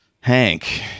Hank